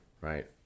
right